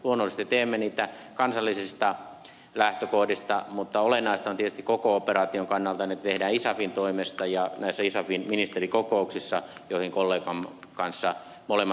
luonnollisesti teemme niitä kansallisista lähtökohdista mutta olennaista on tietysti koko operaation kannalta että ne tehdään isafin toimesta ja näissä isafin ministerikokouksissa joihin kollegan kanssa molemmat osallistumme